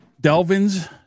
Delvin's